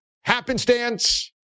happenstance